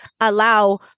allow